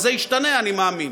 זה ישתנה, אני מאמין.